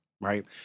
right